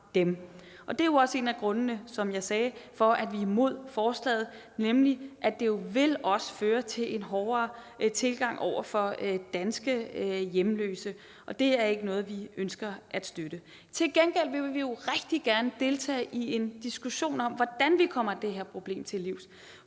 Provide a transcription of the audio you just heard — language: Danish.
sagde, også en af grundene til, at vi er imod forslaget, nemlig at det også vil føre til en hårdere tilgang over for danske hjemløse, og det er ikke noget, vi ønsker at støtte. Til gengæld vil vi rigtig gerne deltage i en diskussion om, hvordan vi kommer det her problem til livs,